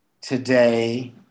today